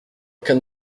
qu’un